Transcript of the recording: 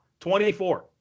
24